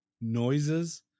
noises